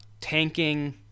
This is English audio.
tanking